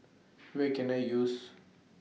Where Can I use